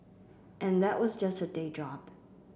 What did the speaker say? and that was just her day job